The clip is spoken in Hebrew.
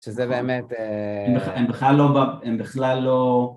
שזה באמת... הם בכלל לא...